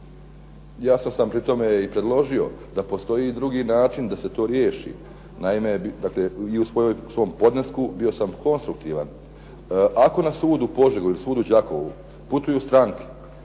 Jasno sam pri tome predložio da postoji drugi način da se to riješi. Naime, i u svom podnesku bio sam konstruktivan, ako na sud u Požegu ili na sud u Đakovu putuju stranke,